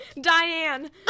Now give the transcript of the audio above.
diane